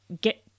get